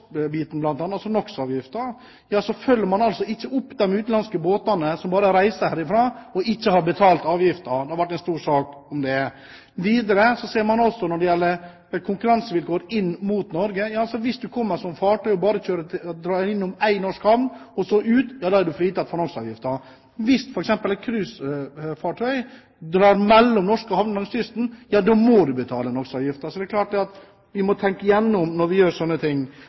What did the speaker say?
så følger man ikke opp de utenlandske båtene som reiser herfra uten å ha betalt avgiften. Det har vært en stor sak om det. Når det gjelder konkurransevilkårene i Norge, er det slik at hvis et fartøy drar innom en norsk havn og så ut igjen, er det fritatt for NOx-avgiften. Hvis f.eks. et cruisefartøy drar mellom norske havner langs kysten, da må man betale NOx-avgiften. Så det er klart vi må tenke